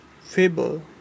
Fable